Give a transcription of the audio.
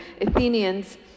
Athenians